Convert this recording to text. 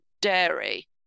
dairy